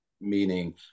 meaning